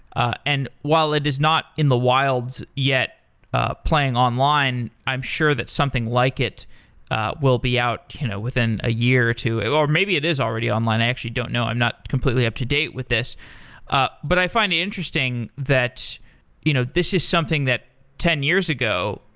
ah and while it is not in the wilds yet ah playing online, i'm sure that something like it will be out you know within a year or two or maybe it is already online, i actually don't know. i'm not completely up to date with this but i find it interesting that you know this is something that ten years ago,